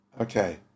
Okay